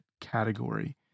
category